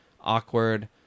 awkward